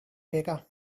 becca